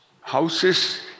houses